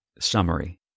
summary